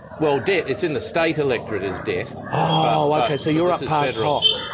well debt, it's in the state electorate is debt. oh, ok so you're up past hock?